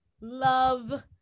love